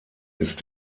ist